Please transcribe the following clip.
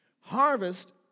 Harvest